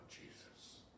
Jesus